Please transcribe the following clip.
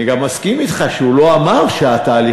אני גם מסכים אתך שהוא לא אמר שהתהליכים